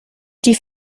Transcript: die